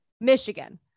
Michigan